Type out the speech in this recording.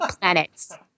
planets